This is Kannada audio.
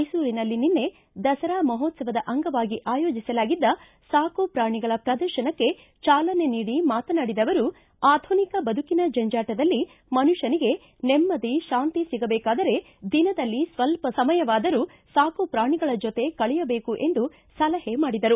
ಮೈಸೂರಿನಲ್ಲಿ ನಿನ್ನೆ ದಸರಾ ಮಹೋತ್ಸವದ ಅಂಗವಾಗಿ ಆಯೋಜಿಸಲಾಗಿದ್ದ ಸಾಕುಪ್ರಾಣಿಗಳ ಪದರ್ತನಕ್ಕೆ ಚಾಲನೆ ನೀಡಿ ಮಾತನಾಡಿದ ಅವರು ಆಧುನಿಕ ಬದುಕಿನ ಜಂಜಾಟದಲ್ಲಿ ಮನುಷ್ಣನಿಗೆ ನೆಮ್ನದಿ ಶಾಂತಿ ಸಿಗದೇಕಾದರೆ ದಿನದಲ್ಲಿ ಸ್ತಲ್ಪ ಸಮಯವಾದರೂ ಸಾಕುಪ್ರಾಣಿಗಳ ಜೊತೆ ಕಳೆಯಬೇಕು ಎಂದು ಸಲಹೆ ಮಾಡಿದರು